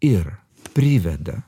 ir priveda